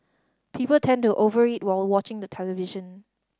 people tend to over eat while watching the television